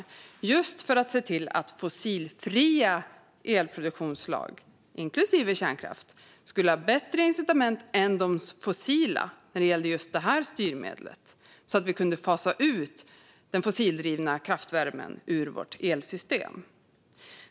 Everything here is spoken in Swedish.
Det gjorde vi just för att se till att fossilfria elproduktionsslag, inklusive kärnkraft, skulle ha bättre incitament än de fossila när det gällde just detta styrmedel, så att vi kunde fasa ut den fossildrivna kraftvärmen ur vårt elsystem.